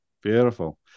beautiful